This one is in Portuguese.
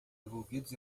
envolvidos